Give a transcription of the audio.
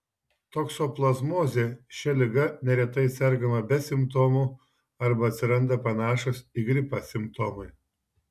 toksoplazmozė šia liga neretai sergama be simptomų arba atsiranda panašūs į gripą simptomai